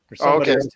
Okay